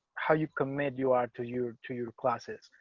how you committed you are to you to your classes,